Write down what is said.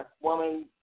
woman